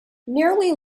nearly